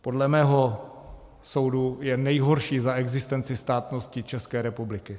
Podle mého soudu je nejhorší za existence státnosti České republiky.